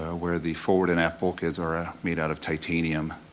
ah where the forward and aft bulkheads are ah made out of titanium.